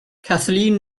kathleen